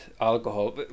alcohol